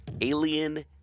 Alien